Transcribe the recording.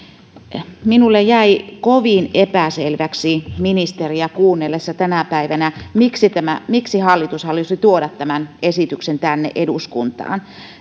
minulle jäi kovin epäselväksi kuunnellessani ministeriä tänä päivänä miksi hallitus halusi tuoda tämän esityksen tänne eduskuntaan